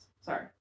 Sorry